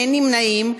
אין נמנעים.